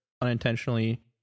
unintentionally